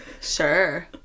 sure